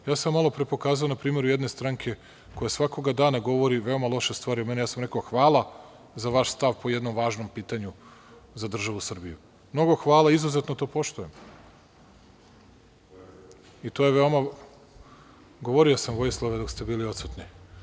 Malopre sam vam pokazao na primeru jedne stranke koja svakog dana govori veoma loše stvari o meni, ja sam rekao – hvala za vaš stav po jednom važnom pitanju za državu Srbiju, mnogo hvala, izuzetno to poštujem. (Vojislav Šešelj, s mesta: Koja je to?) Govorio sam, Vojislave, dok ste bili odsutni.